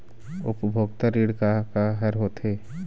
उपभोक्ता ऋण का का हर होथे?